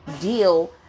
deal